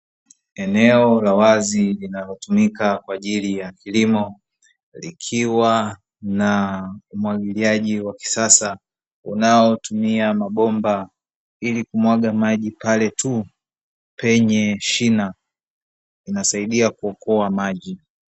Eneo la wazi linalotumika kwa ajili ya kilimo likiwa na umwagiliaji wa kisasa unaotumia bomba, ili kumwaga maji pale tu penye shina inasaidia kuokoa maji.